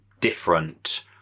different